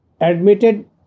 admitted